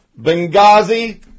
Benghazi